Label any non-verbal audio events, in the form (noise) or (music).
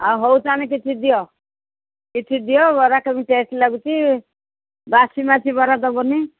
ଆଉ (unintelligible) କିଛି ଦିଅ କିଛି ଦିଅ ବରା କେମିତି ଟେଷ୍ଟ ଲାଗୁଛି ବାସି ମାଛି ବରା ଦେବନି